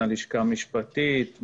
הלשכה המשפטית,